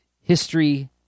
history